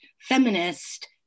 feminist